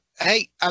hey